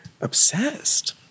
obsessed